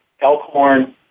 elkhorn